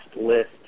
list